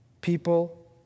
people